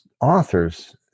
authors